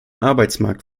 arbeitsmarkt